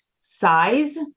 size